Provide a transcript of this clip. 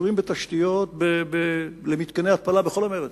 שקשורים בתשתיות למתקני התפלה בכל המרץ,